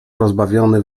rozbawiony